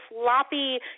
Sloppy